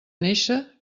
néixer